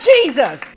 Jesus